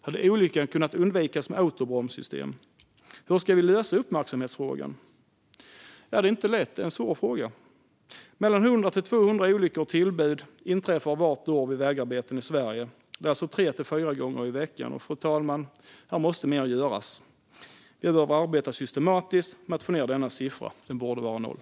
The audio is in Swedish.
Hade olyckan kunnat undvikas med ett autobromssystem? Hur ska vi lösa uppmärksamhetsfrågan? Detta är svåra frågor. Mellan 100 och 200 olyckor och tillbud inträffar vart år vid vägarbeten i Sverige. Det är alltså tre till fyra gånger i veckan. Fru talman, här måste mer göras! Vi behöver arbeta systematiskt med att få ned denna siffra. Den borde vara noll.